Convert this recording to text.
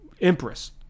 empress